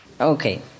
Okay